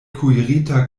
kuirita